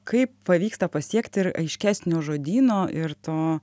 kaip pavyksta pasiekti ir aiškesnio žodyno ir to